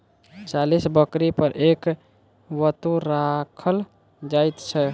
चालीस बकरी पर एक बत्तू राखल जाइत छै